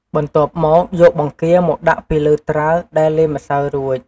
បន្ទាប់មកយកបង្គាមកដាក់ពីលើត្រាវដែលលាយម្សៅរួច។